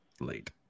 late